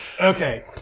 Okay